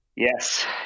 Yes